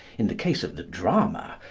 in the case of the drama,